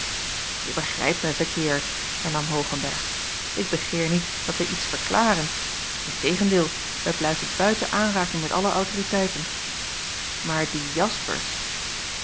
je begrijpt mij verkeerd hernam hoogenberg ik begeer niet dat wij iets verklaren in tegendeel wij blijven buiten aanraking met alle autoriteiten maar die jaspers